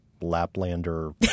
Laplander